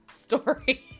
story